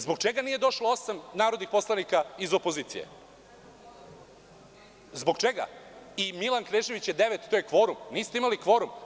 Zbog čega nije došlo osam narodnih poslanika iz opozicije i Milan Knežević je devet, to je kvorum, niste imali kvorum.